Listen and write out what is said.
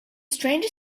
stranger